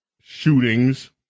shootings